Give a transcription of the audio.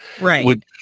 Right